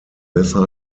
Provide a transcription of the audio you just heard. besser